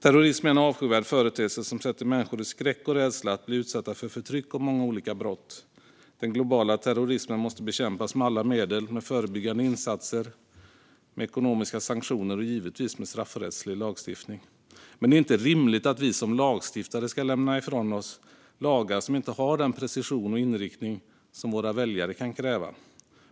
Terrorism är en avskyvärd företeelse som sätter människor i skräck och rädsla för att bli utsatta för förtryck och många olika brott. Den globala terrorismen måste bekämpas med alla medel, med förebyggande insatser, med ekonomiska sanktioner och givetvis med straffrättslig lagstiftning. Men det är inte rimligt att vi som lagstiftare ska lämna ifrån oss lagar som inte har den precision och inriktning som våra väljare kan kräva.